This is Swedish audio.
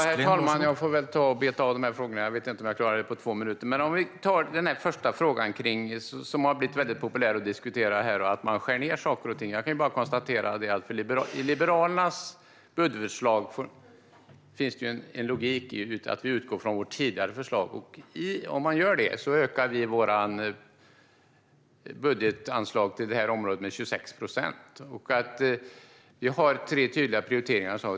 Herr talman! Jag får väl beta av frågorna, även om jag inte vet om jag klarar det på två minuter. När det gäller den första frågan, som har blivit mycket populär att diskutera - att man skär ned på saker och ting - kan jag bara konstatera att det i Liberalernas budgetförslag finns en logik i att vi utgår från vårt tidigare förslag. Om vi gör det ökar vi vårt budgetanslag till detta område med 26 procent. Vi har tre tydliga prioriteringar.